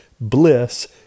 bliss